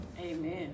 Amen